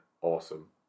awesome